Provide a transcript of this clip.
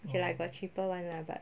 okay lah got cheaper [one] lah but